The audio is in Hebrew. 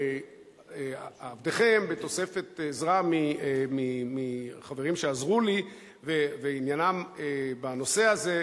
עבדכם בתוספת עזרה מחברים שעזרו לי ועניינם בנושא הזה,